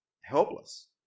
helpless